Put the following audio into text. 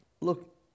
look